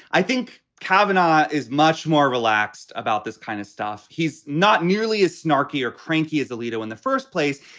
i think cavenagh is much more relaxed about this kind of stuff. he's not nearly as snarky or cranky as alito and the first place.